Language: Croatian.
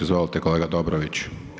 Izvolite, kolega Dobrović.